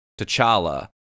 T'Challa